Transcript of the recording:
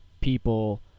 people